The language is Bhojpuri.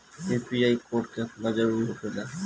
यू.पी.आई कोड केतना जरुरी होखेला?